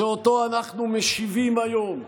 שאותו אנחנו משיבים היום,